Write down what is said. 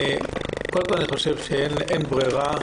קודם כול, אני חושב שאין ברירה,